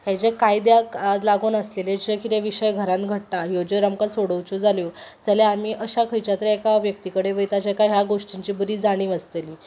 हे जें कायद्याक लागोन आसलेले जे कितें विशय घरांत घडटात ह्यो जर आमकां सोडोवच्यो जाल्यो जाल्यार आमी अशा खंयच्या तरी एका व्यक्ती कडेन वयता जेका ह्या गोश्टीची बरी जाणीव आसतली